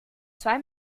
zwei